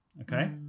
okay